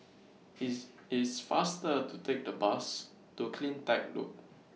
It's It's faster to Take The Bus to CleanTech Loop